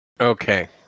Okay